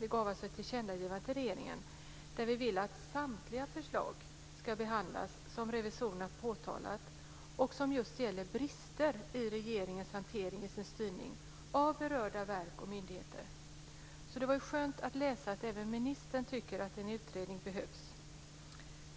Vi gav alltså ett tillkännagivande till regeringen där vi vill att samtliga förslag ska behandlas som revisorerna påtalat och som just gäller brister i regeringens hantering och styrning av berörda verk och myndigheter. Det var därför skönt att läsa att även ministern tycker att en utredning behövs.